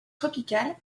tropicale